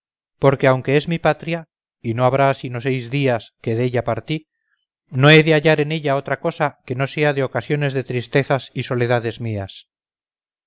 porque aunque es mi patria y no habrá sino seis días que della partí no he de hallar en ella otra cosa que no sea de ocasiones de tristezas y soledades mías